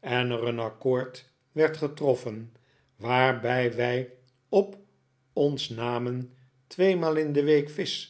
en er een accoord werd getroffen waarbij wij op ons namen tweemaal in de week visch